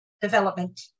development